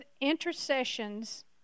intercessions